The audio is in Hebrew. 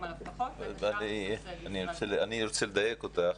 אני ארצה לדייק אותך.